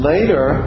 Later